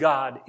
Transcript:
God